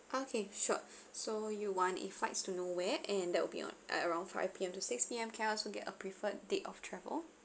okay sure so you want a flights to nowhere and that will be on at around five P_M to six P_M can I also get a preferred date of travel